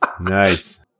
Nice